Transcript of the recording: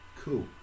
cool